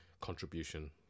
contribution